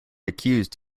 accused